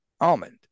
almond